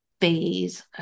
phase